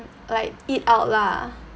like eat out lah